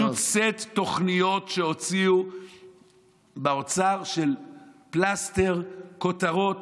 פשוט סט תוכניות שהוציאו באוצר של פלסטר, כותרות.